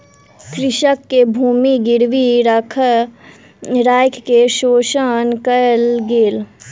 कृषक के भूमि गिरवी राइख के शोषण कयल गेल